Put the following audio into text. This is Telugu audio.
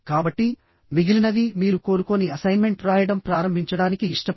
కాబట్టి మిగిలినవి మీరు కోరుకోని అసైన్మెంట్ రాయడం ప్రారంభించడానికి ఇష్టపడరు